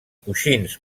coixins